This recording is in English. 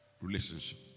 relationship